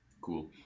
Cool